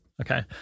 Okay